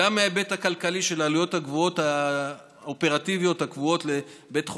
גם מההיבט הכלכלי של העלויות הגבוהות האופרטיביות הקבועות לבית חולים,